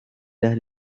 las